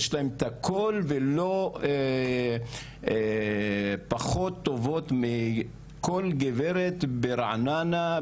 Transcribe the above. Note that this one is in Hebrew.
יש להן את הכל ולא פחות טובות מכל גברת ברעננה,